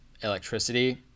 electricity